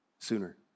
Sooner